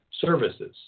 services